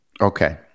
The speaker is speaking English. okay